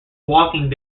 walking